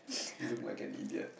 you look like an idiot